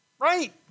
right